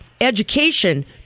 education